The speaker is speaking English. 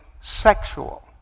sexual